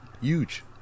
Huge